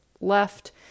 left